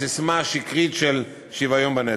הססמה השקרית של שוויון בנטל.